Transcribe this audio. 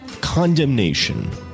condemnation